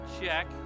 check